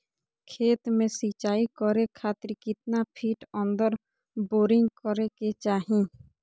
खेत में सिंचाई करे खातिर कितना फिट अंदर बोरिंग करे के चाही?